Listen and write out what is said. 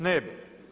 Ne bi.